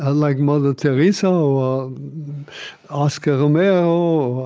ah like mother teresa or oscar romero